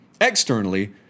externally